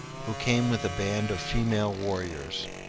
who came with a band of female warriors.